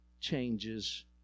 changes